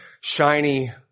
shiny